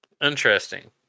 Interesting